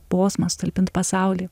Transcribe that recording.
posmas talpint pasaulį